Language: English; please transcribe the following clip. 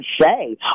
say